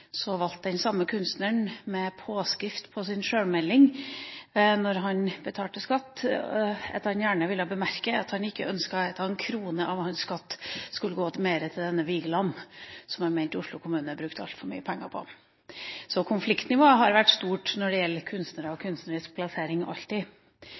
Så sjøl om Munch valgte å testamentere hele sin samling til Oslo kommune, valgte den samme kunstneren med påskrift i sin sjølmelding når han betalte skatt, at han gjerne ville bemerke at han ikke ønsket at en krone av hans skatt skulle gå til denne Vigeland, som han mente Oslo kommune brukte altfor mye penger på. Så konfliktnivået har alltid vært høyt når det gjelder kunstnere og